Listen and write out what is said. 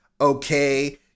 Okay